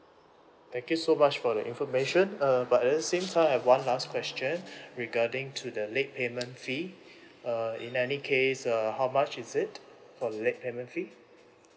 thank you so much for the information err but at the same time I have one last question regarding to the late payment fee uh in any case uh how much is it for late payment fee